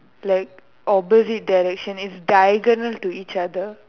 like opposite direction is diagonal to each other